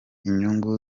inyungu